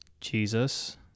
Jesus